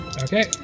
Okay